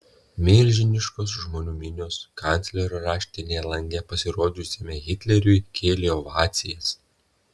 milžiniškos žmonių minios kanclerio raštinės lange pasirodžiusiam hitleriui kėlė ovacijas